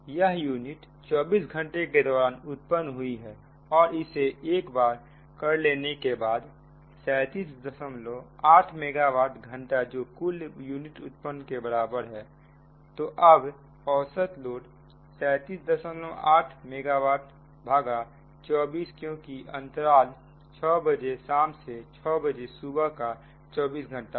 यह यूनिट 24 घंटे के दौरान उत्पन्न हुई हैऔर इसे एक बार कर लेने के बाद378 मेगा वाट घंटा जो कुल यूनिट उत्पन्न के बराबर है तो अब औसत लोड 378 मेगा वाट भागा 24 क्योंकि अंतराल 600 बजे शाम से 600 बजे सुबह का 24 घंटा है